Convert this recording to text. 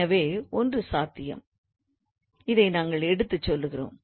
எனவே ஒன்று சாத்தியம் இதை நாங்கள் எடுத்துச் சொல்கிறோம்